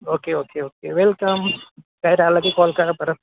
okay okay okay welcome काही राहिलं की कॉल करा परत